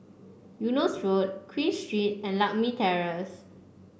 Eunos Road Queen Street and Lakme Terrace